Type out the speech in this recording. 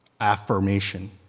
affirmation